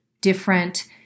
different